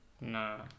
No